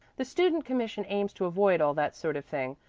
the students' commission aims to avoid all that sort of thing,